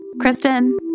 Kristen